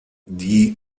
die